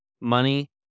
money